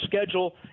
schedule